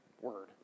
word